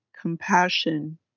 compassion